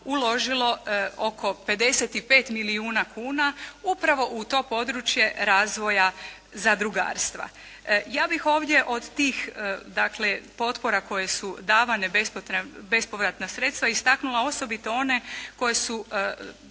uložilo oko 55 milijuna kuna upravo u to područje razvoja zadrugarstva. Ja bih ovdje dakle od tih potpora koje su davane bespovratna sredstva istaknula osobito one koje su